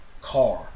car